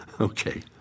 Okay